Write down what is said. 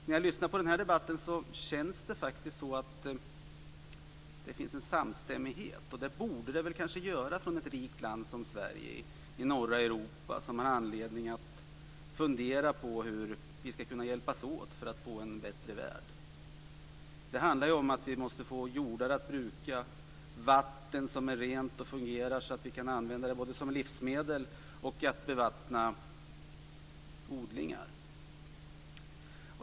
När jag lyssnar på den här debatten känns det faktiskt som om det finns en samstämmighet. Det borde det väl kanske också finnas i ett rikt land som Sverige i norra Europa, där vi har anledning att fundera på hur vi ska kunna hjälpas åt för att få en bättre värld. Det handlar om att vi måste få jordar att bruka och vatten som är rent och fungerar så att vi kan använda det både som livsmedel och för att bevattna odlingar.